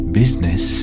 business